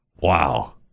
Wow